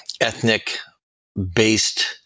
ethnic-based